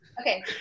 okay